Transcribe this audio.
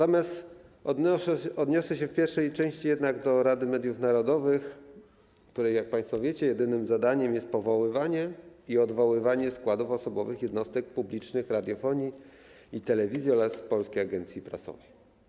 Odniosę się jednak w pierwszej części do Rady Mediów Narodowych, której - jak państwo wiecie - jedynym zadaniem jest powoływanie i odwoływanie składów osobowych jednostek publicznych radiofonii i telewizji oraz Polskiej Agencji Prasowej.